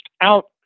out